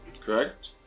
correct